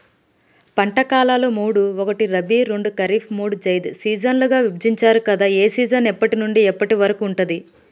పంటల కాలాలు మూడు ఒకటి రబీ రెండు ఖరీఫ్ మూడు జైద్ సీజన్లుగా విభజించారు కదా ఏ సీజన్ ఎప్పటి నుండి ఎప్పటి వరకు ఉంటుంది?